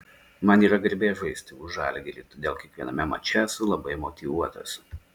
man yra garbė žaisti už žalgirį todėl kiekviename mače esu labai motyvuotas